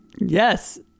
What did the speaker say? Yes